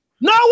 No